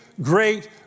great